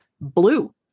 blue